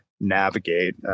navigate